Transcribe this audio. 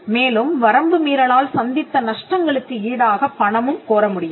மேலும் வரம்பு மீறலால் சந்தித்த நஷ்டங்களுக்கு ஈடாகப் பணமும் கோரமுடியும்